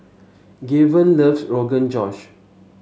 Gaven loves Rogan Josh